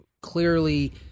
clearly